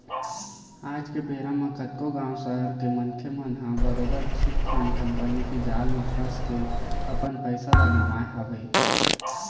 आज के बेरा म कतको गाँव, सहर के मनखे मन ह बरोबर चिटफंड कंपनी के जाल म फंस के अपन पइसा ल गवाए हवय